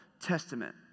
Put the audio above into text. Testament